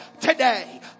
today